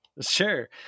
Sure